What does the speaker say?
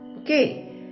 Okay